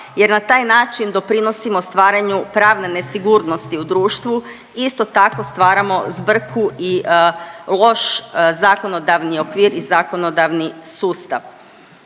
jer na taj način doprinosimo stvaranju pravne nesigurnosti u društvu, isto tako stvaramo zbrku i loš zakonodavni okvir i zakonodavni sustav.